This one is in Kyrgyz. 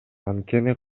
анткени